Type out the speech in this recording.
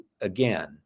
again